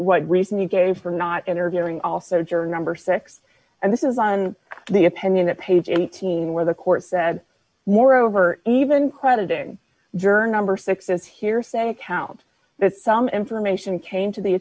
what reason you gave for not interviewing also juror number six and this is on the opinion that page eighteen where the court said moreover even crediting juror number six is hearsay account that some information came to the